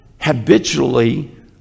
habitually